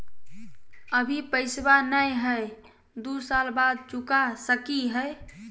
अभि पैसबा नय हय, दू साल बाद चुका सकी हय?